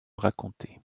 raconter